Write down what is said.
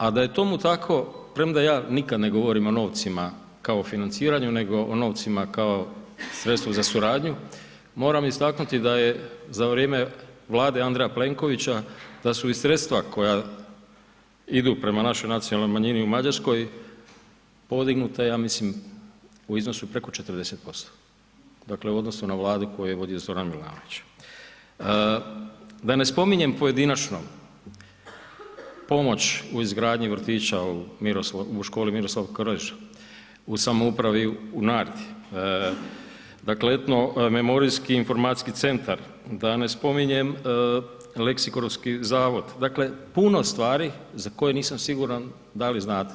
A da je tomu tako, premda ja nikada ne govorim o novcima kao o financiranju nego o novcima kao sredstvo za suradnju, moram istaknuti da je za vrijeme Vlade Andreja Plenkovića da su sredstva koja idu prema našoj nacionalnoj manjini u Mađarskoj podignuta ja mislim u iznosu preko 40%, dakle u odnosu na vladu koju je vodio Zoran Milanović, da ne spominjem pojedinačno, pomoć u izgradnji vrtića u školi Miroslav Krleža u samoupravi u Nardi, Etno memorijski informacijski centar, da ne spominjem Leksikografski zavod, dakle puno stvari za koje nisam siguran da li znate.